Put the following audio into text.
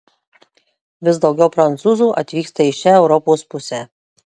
vis daugiau prancūzų atvyksta į šią europos pusę